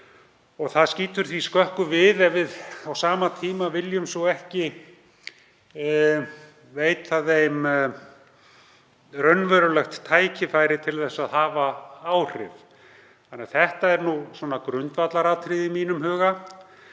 Það skýtur því skökku við ef við á sama tíma viljum svo ekki veita því raunverulegt tækifæri til að hafa áhrif. Þetta er grundvallaratriði í mínum huga.